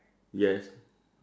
yes